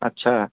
ଆଚ୍ଛା